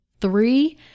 three